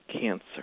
cancer